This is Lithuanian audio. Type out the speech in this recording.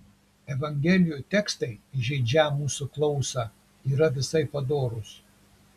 evangelijų tekstai įžeidžią mūsų klausą yra visai padorūs